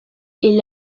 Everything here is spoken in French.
est